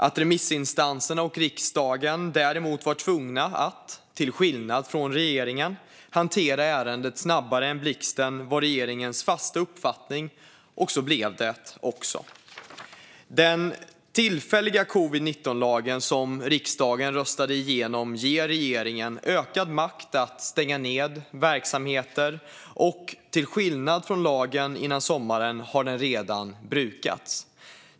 Att remissinstanserna och riksdagen däremot var tvungna att, till skillnad från regeringen, hantera ärendet snabbare än blixten var regeringens fasta uppfattning, och så blev det också. Den tillfälliga covid-19-lag som riksdagen röstade igenom ger regeringen ökad makt att stänga ned verksamheter, och till skillnad från lagen innan sommaren har denna redan brukats.